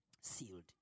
Sealed